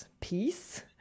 peace